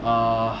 uh